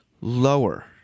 lower